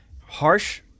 harsh